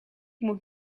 moet